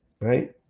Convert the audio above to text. right